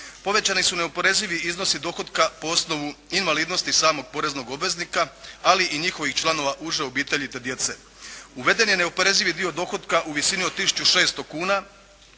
Povećani su neoporezivi iznosi dohotka po osnovu invalidnosti samog poreznog obveznika, ali i njihovih članova uže obitelji te djece. Uveden je neoporezivi dio dohotka u visini od tisuću 600 kuna